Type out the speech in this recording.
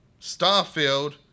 Starfield